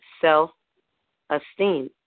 self-esteem